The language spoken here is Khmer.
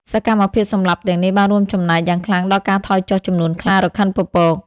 សកម្មភាពសម្លាប់ទាំងនេះបានរួមចំណែកយ៉ាងខ្លាំងដល់ការថយចុះចំនួនខ្លារខិនពពក។